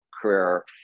career